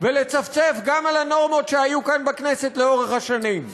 ולצפצף גם על הנורמות שהיו כאן בכנסת לאורך השנים?